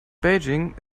peking